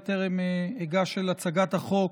בטרם אגש להצגת החוק,